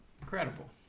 Incredible